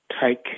take